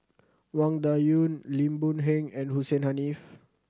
Wang Dayuan Lim Boon Heng and Hussein Haniff